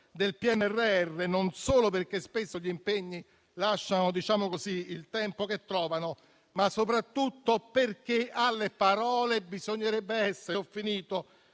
del PNRR, non solo perché spesso gli impegni lasciano il tempo che trovano, ma soprattutto perché alle parole bisognerebbe essere